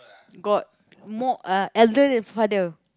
got more elder then father